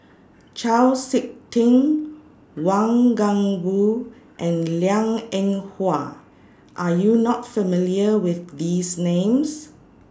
Chau Sik Ting Wang Gungwu and Liang Eng Hwa Are YOU not familiar with These Names